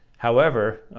however,